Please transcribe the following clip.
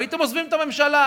הייתם עוזבים את הממשלה,